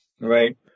Right